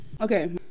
Okay